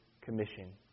Commission